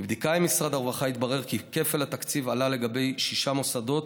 מבדיקה עם משרד הרווחה התברר כי כפל התקציב עלה לגבי שישה מוסדות